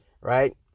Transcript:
right